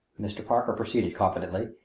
mr. parker proceeded confidentially.